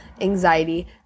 anxiety